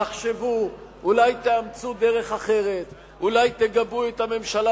תחשבו, אולי תאמצו דרך אחת, אולי תגבו את הממשלה